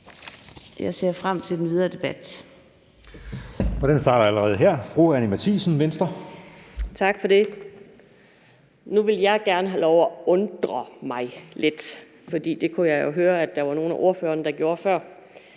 jeg ser frem til den videre debat.